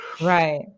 Right